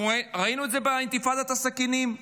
אנחנו ראינו את זה באינתיפאדת הסכינים.